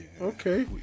okay